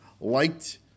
liked